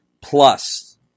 plus